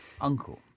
uncle